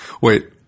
Wait